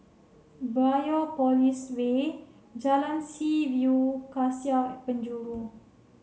Biopolis Way Jalan Seaview Cassia at Penjuru